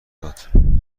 داد